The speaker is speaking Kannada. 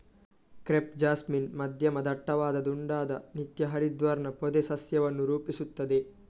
ಕ್ರೆಪ್ ಜಾಸ್ಮಿನ್ ಮಧ್ಯಮ ದಟ್ಟವಾದ ದುಂಡಾದ ನಿತ್ಯ ಹರಿದ್ವರ್ಣ ಪೊದೆ ಸಸ್ಯವನ್ನು ರೂಪಿಸುತ್ತದೆ